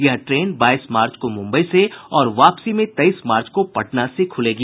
यह ट्रेन बाईस मार्च को मुम्बई से और वापसी में तेईस मार्च को पटना से खुलेगी